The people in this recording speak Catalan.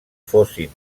fossin